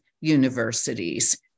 universities